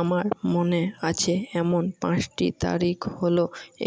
আমার মনে আছে এমন পাঁচটি তারিখ হল